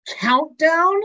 Countdown